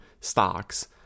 stocks